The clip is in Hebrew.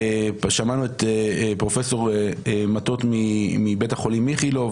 שמענו את פרופ' מטות מבית החולים איכילוב